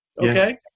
Okay